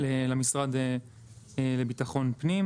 למשרד לביטחון פנים